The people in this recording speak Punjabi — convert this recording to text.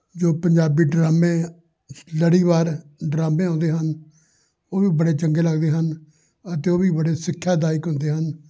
ਜੋ ਪੰਜਾਬੀ ਡਰਾਮੇ ਲੜੀਵਾਰ ਡਰਾਮੇ ਆਉਂਦੇ ਹਨ ਉਹ ਵੀ ਬੜੇ ਚੰਗੇ ਲੱਗਦੇ ਹਨ ਅਤੇ ਉਹ ਵੀ ਬੜੇ ਸਿੱਖਿਆ ਦਾਇਕ ਹੁੰਦੇ ਹਨ